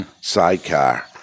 Sidecar